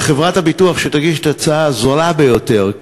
וחברת הביטוח שתגיש את ההצעה הזולה ביותר,